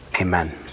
Amen